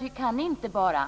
Vi kan inte bara